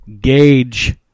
gauge